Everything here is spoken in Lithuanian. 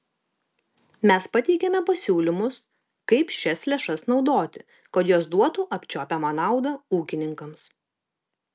mes pateikėme pasiūlymus kaip šias lėšas naudoti kad jos duotų apčiuopiamą naudą ūkininkams